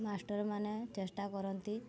ମାଷ୍ଟରମାନେ ଚେଷ୍ଟା କରନ୍ତି